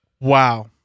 Wow